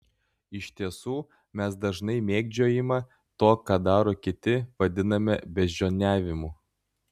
iš tiesų mes dažnai mėgdžiojimą to ką daro kiti vadiname beždžioniavimu